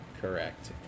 correct